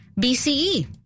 BCE